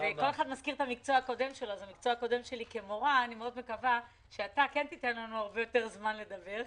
במקצוע הקודם שלי כמורה אני מקווה שאתה כן תיתן לנו זמן לדבר,